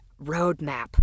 roadmap